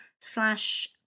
slash